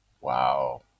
wow